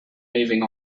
moving